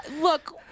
look